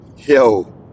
Yo